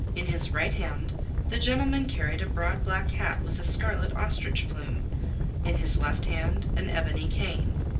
in his right hand the gentleman carried a broad black hat with a scarlet ostrich-plume, in his left hand an ebony cane.